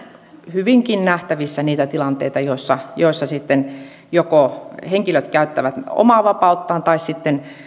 hyvinkin nähtävissä niitä tilanteita joissa joissa joko henkilöt käyttävät omaa vapauttaan tai sitten